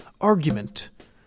argument